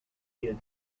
need